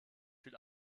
viel